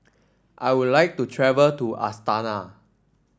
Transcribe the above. I would like to travel to Astana